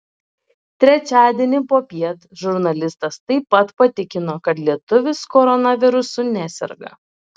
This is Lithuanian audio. trečiadienį popiet žurnalistas taip pat patikino kad lietuvis koronavirusu neserga